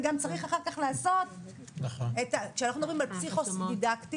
כשאנחנו מדברים על פסיכודידקטי,